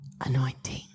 anointing